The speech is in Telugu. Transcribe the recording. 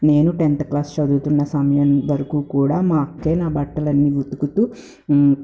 నేను టెన్త్ క్లాస్ చదువుతున్న సమయం వరకు కూడా మా అక్కే నా బట్టలన్నీ ఉతుకుతూ